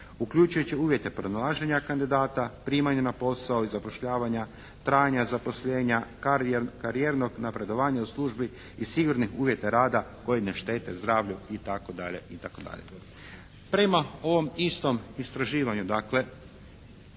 uključujući uvjete pronalaženja kandidata, primanja na posao i zapošljavanja, trajanja zaposlenja, karijernog napredovanja u službi i sigurnih uvjeta rada koji ne štete zdravlju itd., itd. Prema ovom istom istraživanju dakle,